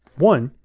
one.